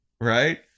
right